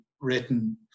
written